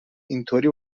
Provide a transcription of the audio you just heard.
اینطوری